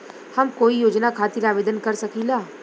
हम कोई योजना खातिर आवेदन कर सकीला?